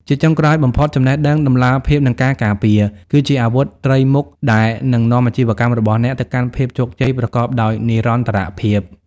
ជាចុងក្រោយបំផុត "ចំណេះដឹង តម្លាភាព និងការការពារ" គឺជាអាវុធត្រីមុខដែលនឹងនាំអាជីវកម្មរបស់អ្នកទៅកាន់ភាពជោគជ័យប្រកបដោយនិរន្តរភាព។